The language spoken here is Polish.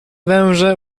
węże